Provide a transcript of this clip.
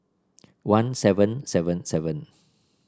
one seven seven seven